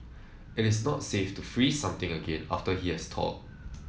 it is not safe to freeze something again after it has thawed